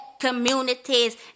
communities